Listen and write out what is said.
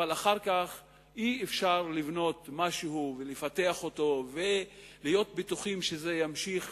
אבל אחר כך לא יהיה אפשר לבנות משהו ולפתח אותו ולהיות בטוחים שזה יימשך